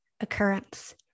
occurrence